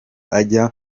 ajya